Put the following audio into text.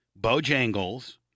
Bojangles